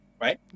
right